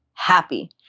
happy